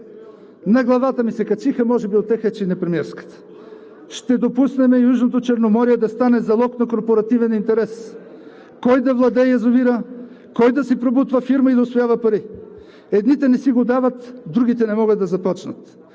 На главата ми се качиха. Може би утеха е, че и на премиерската. Ще допуснем Южното Черноморие да стане залог на корпоративен интерес – кой да владее язовира, кой да си пробутва фирма и да усвоява пари. Едните не си го дават – другите не могат да започнат.